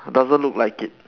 doesn't look like it